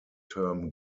term